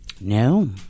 No